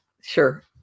sure